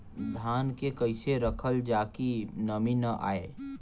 धान के कइसे रखल जाकि नमी न आए?